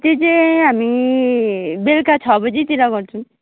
त्यो चाहिँ हामी बेलुका छ बजीतिर गर्छौँ